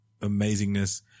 amazingness